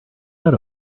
out